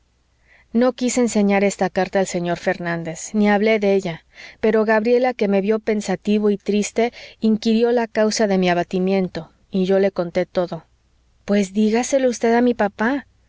no quise enseñar esta carta al señor fernández ni hablé de ella pero gabriela que me vió pensativo y triste inquirió la causa de mi abatimiento y yo le conté todo pues dígaselo usted a papá